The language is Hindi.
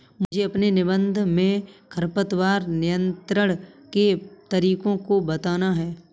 मुझे अपने निबंध में खरपतवार नियंत्रण के तरीकों को बताना है